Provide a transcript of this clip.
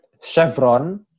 chevron